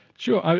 sure,